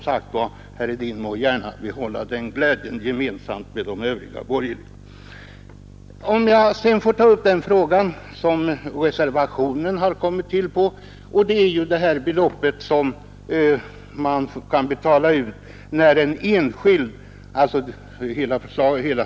Jag vill sedan ta upp den fråga som reservationen avser.